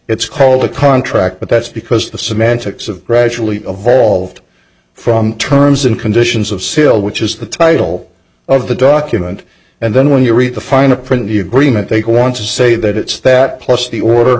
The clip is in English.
it's called a contract but that's because the semantics of gradually evolved from terms and conditions of seal which is the title of the document and then when you read the fine a print you agreement they want to say that it's that plus the order